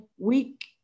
Week